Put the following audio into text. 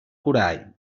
corall